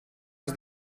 els